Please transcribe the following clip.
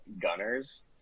Gunner's